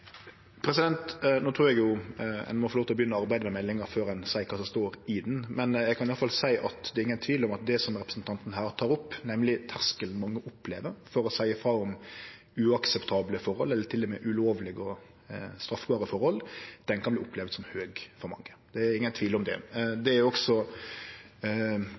trur eg ein må få lov til å begynne å arbeide med meldinga før ein seier kva som står i henne, men eg kan i alle fall seie at det er ingen tvil om at det som representanten her tek opp, nemleg terskelen ein må over for å seie frå om uakseptable forhold og til og med ulovlege og straffbare forhold, kan opplevast som høg for mange. Det er ingen tvil om det. Det er også